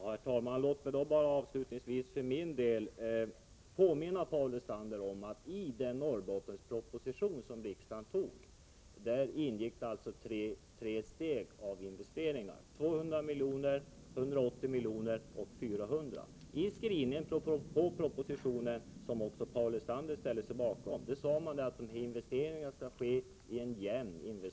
Herr talman! Låt mig bara avslutningsvis för min del påminna Paul Lestander om att i den Norrbottensproposition som riksdagen tog ingick tre steg av investeringar — 200 miljoner, 180 miljoner och 400 miljoner. I skrivningen i propositionen, som också Paul Lestander ställde sig bakom, uttalades att investeringen skulle ske i jämn takt.